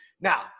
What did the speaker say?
Now